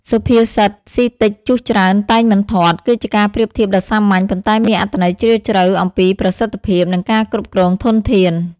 សុភាសិត "ស៊ីតិច ជុះច្រើនតែងមិនធាត់" គឺជាការប្រៀបធៀបដ៏សាមញ្ញ ប៉ុន្តែមានអត្ថន័យជ្រាលជ្រៅអំពីប្រសិទ្ធភាព និងការគ្រប់គ្រងធនធាន។